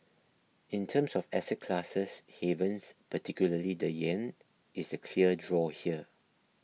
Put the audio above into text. in terms of asset classes havens particularly the yen is the clear draw here